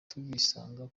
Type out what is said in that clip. tubisanga